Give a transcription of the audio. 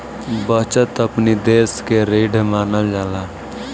बचत अपनी देस के रीढ़ मानल जाला